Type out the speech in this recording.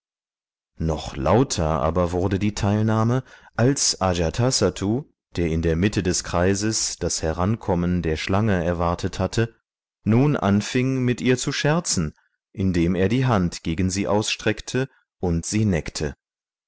noch lauter aber wurde die teilnahme als ajatasattu der in der mitte des kreises das herankommen der schlange erwartet hatte nun anfing mit ihr zu scherzen indem er die hand gegen sie ausstreckte und sie neckte